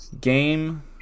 game